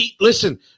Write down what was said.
Listen